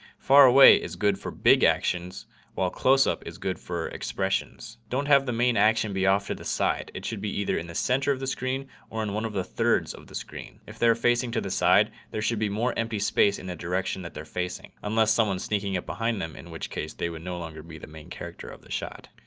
far away is good for big actions while close-up is good for expressions. don't have the main action be off to the side. it should be either in the center of the screen or in one of the thirds of the screen. if they're facing to the side there should be more empty space in the direction that they're facing unless someone's sneaking it behind them in which case they would no longer be the main character of the shot.